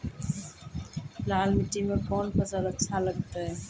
लाल मिट्टी मे कोंन फसल अच्छा लगते?